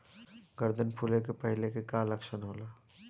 गर्दन फुले के पहिले के का लक्षण होला?